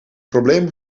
probleem